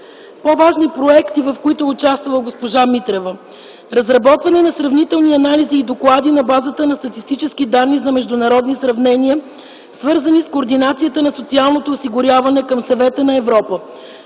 По-важни проекти, в които е участвала госпожа Митрева. Разработване на сравнителни анализи и доклади на базата на статистически данни за международни сравнения, свързани с координацията на социалното осигуряване към Съвета на Европа,